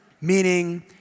Meaning